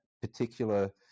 particular